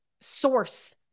source